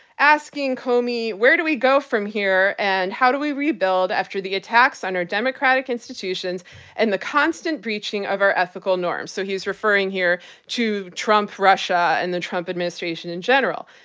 asking comey, where do we go from here, and how do we rebuild after the attacks on our democratic institutions and the constant breaching of our ethical norms? so, he's referring here to trump-russia and the trump administration in general.